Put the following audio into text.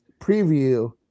preview